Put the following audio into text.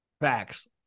Facts